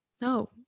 No